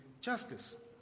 justice